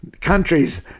countries